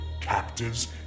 captives